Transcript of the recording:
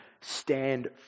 stand